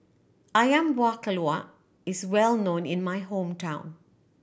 Ayam Buah Keluak is well known in my hometown